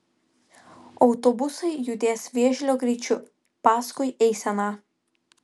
autobusai judės vėžlio greičiu paskui eiseną